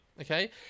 Okay